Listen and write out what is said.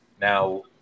Now